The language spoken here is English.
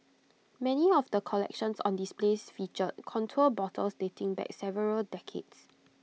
many of the collections on displays featured contour bottles dating back several decades